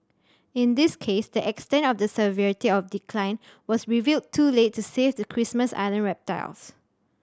in this case the extent of the severity of decline was revealed too late to save the Christmas Island reptiles